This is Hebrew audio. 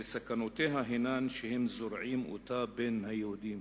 וסכנותיה הן שהם זורעים אותה בין היהודים,